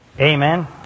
Amen